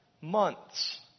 months